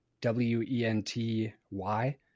W-E-N-T-Y